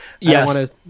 Yes